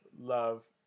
love